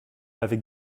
avec